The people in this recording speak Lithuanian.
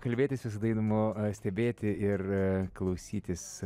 kalbėtis visada įdomu stebėti ir klausytis